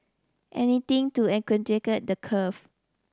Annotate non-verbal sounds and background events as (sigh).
anything to (unintelligible) the curve